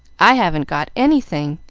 i haven't got anything.